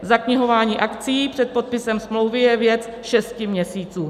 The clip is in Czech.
Zaknihování akcií před podpisem smlouvy je věc šesti měsíců.